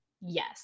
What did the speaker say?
yes